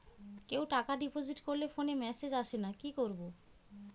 কেউ টাকা ডিপোজিট করলে ফোনে মেসেজ আসেনা কি করবো?